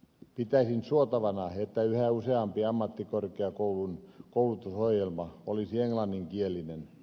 pitäisin suotavana että yhä useampi ammattikorkeakoulun koulutusohjelma olisi englanninkielinen